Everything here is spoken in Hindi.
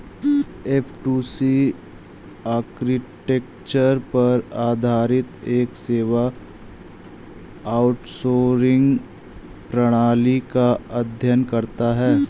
ऍफ़टूसी आर्किटेक्चर पर आधारित एक सेवा आउटसोर्सिंग प्रणाली का अध्ययन करता है